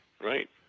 right